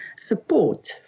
support